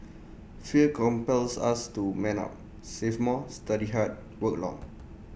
fear compels us to man up save more study hard work long